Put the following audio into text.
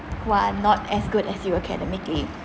who are not as good as you academically